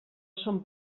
són